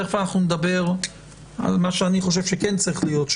ותכף נדבר על מה שאני חושב שצריך להיות,